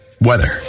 weather